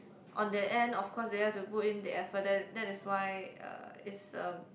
on their end of course they have to put in the effort that that is why uh it's uh